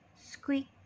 Squeak